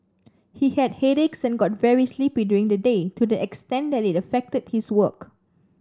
he had headaches and got very sleepy during the day to the extent that it affected his work